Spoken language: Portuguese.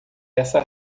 essa